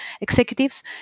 executives